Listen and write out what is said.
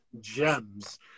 gems